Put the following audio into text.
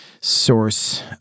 source